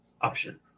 option